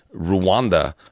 Rwanda